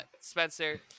Spencer